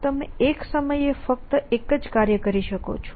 અને તમે એક સમયે ફક્ત એક જ કાર્ય કરી શકો છો